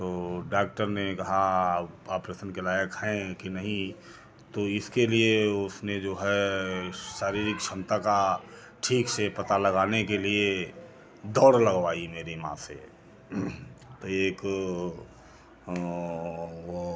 तो डाक्टर ने कहा आपरेसन के लायक हैं के नहीं तो इसके लिए उसने जो है शारीरिक क्षमता का ठीक से पता लगाने के लिए दौड़ लगवाई मेरी माँ से तो एक वो